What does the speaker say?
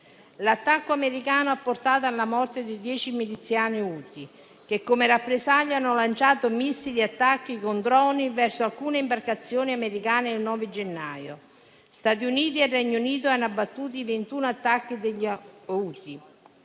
L'attacco americano ha portato alla morte di 10 miliziani Houthi che, come rappresaglia, hanno lanciato missili e attacchi con droni verso alcune imbarcazioni americane il 9 gennaio. Stati Uniti e Regno Unito hanno abbattuto i 21 attacchi degli